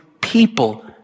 people